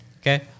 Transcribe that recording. Okay